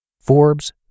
Forbes